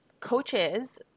Coaches